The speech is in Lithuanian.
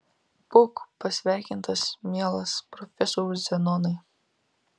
būk pasveikintas mielas profesoriau zenonai